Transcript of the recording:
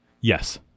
yes